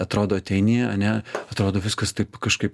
atrodo ateini ane atrodo viskas taip kažkaip